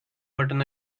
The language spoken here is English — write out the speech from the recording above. button